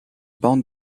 bande